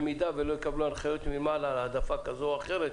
במידה ולא יתקבלו הנחיות מלמעלה על העדפה כזו או אחרת,